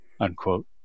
unquote